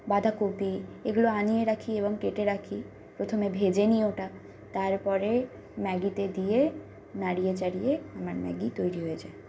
বাঁধাকপি এগুলো আনিয়ে রাখি এবং কেটে রাখি প্রথমে ভেজে নিই ওটা তারপরে ম্যাগিতে দিয়ে নাড়িয়ে চাড়িয়ে আমার ম্যাগি তৈরি হয়ে যায়